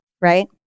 right